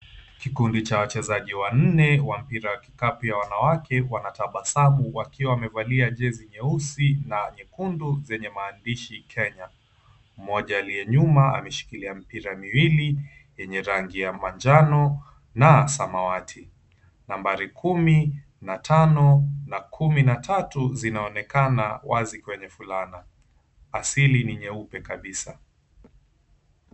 Kikundi cha wachezaji wanne wa mpira ya kikapu ya wanawake wanatabasamu wakiwa wamevalia jesy nyeusi na nyekundu zenye maandishi Kenya. Mmoja aliye nyuma ameshikilia mpira miwili yenye rangi ya manjano na samawati, nambari kumi na tano na kumi na tatu, zinaonekana wazi kwenye fulana asili ni nyeupe kabisa.